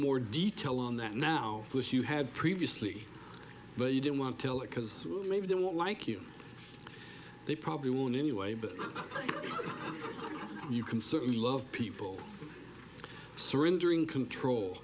more detail on that now wish you had previously but you didn't want to tell it because maybe they won't like you they probably won't anyway but you can certainly love people surrendering control